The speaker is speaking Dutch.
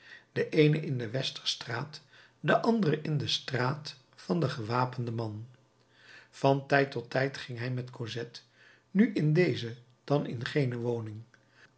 de eene in de westerstraat de andere in de straat van den gewapenden man van tijd tot tijd ging hij met cosette nu in deze dan in gene woning